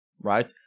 right